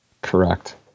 Correct